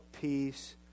peace